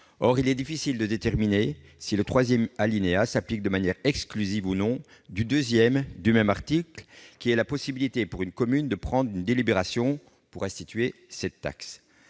Or il est difficile de déterminer si le troisième alinéa s'applique de manière exclusive ou non du deuxième du même article, qui est la possibilité pour une commune de prendre une délibération pour restituer cette taxe.